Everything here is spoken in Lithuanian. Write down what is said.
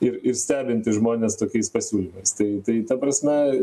ir ir stebinti žmones tokiais pasiūlymais tai tai ta prasme